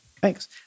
Thanks